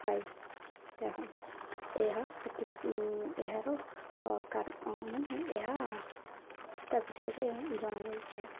file ଏହା ଏହା କି ଏହାର ମାନେ ଏହା ତା' ବିଷୟରେ ଜଣାଯାଇଛି